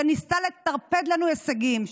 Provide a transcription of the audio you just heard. שניסתה לטרפד לנו הישגים,